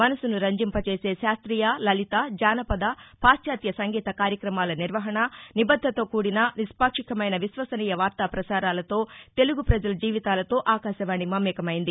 మనసును రంజింపచేసే శాస్తీయ లలిత జానపద పాశ్చాత్య సంగీత కార్యక్రమాల నిర్వహణ నిబద్దతతో కూడిన నిష్పాక్షికమైన విశ్వసనీయ వార్తా ప్రసారాలతో తెలుగు ప్రజల జీవితాలతో ఆకాశవాణి మమేకమైంది